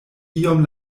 iom